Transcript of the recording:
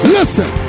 Listen